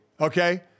okay